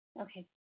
Okay